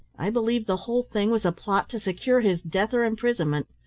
i believe the whole thing was a plot to secure his death or imprisonment.